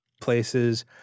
places